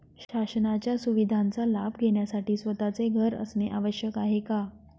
शासनाच्या सुविधांचा लाभ घेण्यासाठी स्वतःचे घर असणे आवश्यक आहे का?